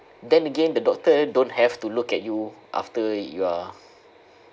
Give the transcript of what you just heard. then again the doctor don't have to look at you after you are